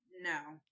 no